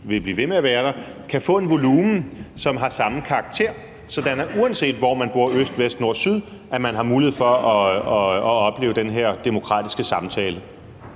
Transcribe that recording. vil blive ved med at være der, kan få en volumen, som har samme karakter, sådan at man, uanset hvor man bor – øst, vest, nord, syd – har mulighed for at opleve den her demokratiske samtale.